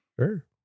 sure